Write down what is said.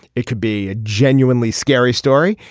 it could be a genuinely scary story.